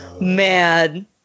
man